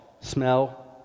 Smell